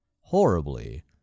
horribly